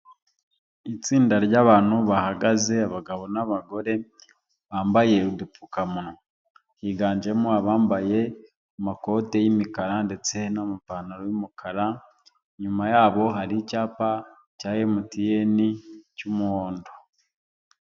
Itsinda ry'abantu bahagaze, abagabo n'abagore bambaye udupfukamunwa, higanjemo abambaye amakoti y'imikara ndetse n'amapantaro y'umukara, inyuma yabo hari icyapa cya emutiyene cy'umuhondo.